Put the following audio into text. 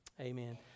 Amen